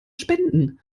spenden